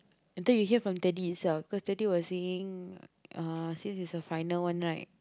later you from daddy itself cause daddy was saying uh since is the final one right